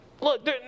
Look